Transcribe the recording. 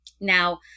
Now